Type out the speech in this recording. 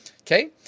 Okay